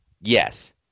Yes